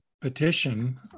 petition